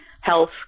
health